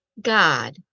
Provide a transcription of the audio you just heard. God